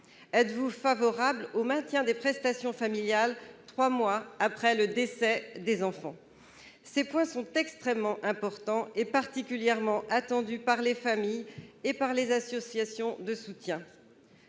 Êtes-vous favorables au maintien des prestations familiales, trois mois après le décès de l'enfant ? Ces points sont extrêmement importants et particulièrement attendus par les familles et les associations de soutien.